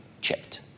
checked